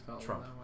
Trump